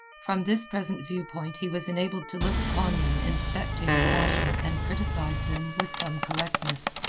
from this present view point he was enabled to look upon them in spectator fashion and criticise them with some correctness,